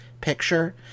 picture